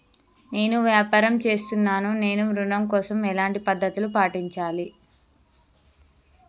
నేను వ్యాపారం చేస్తున్నాను నేను ఋణం కోసం ఎలాంటి పద్దతులు పాటించాలి?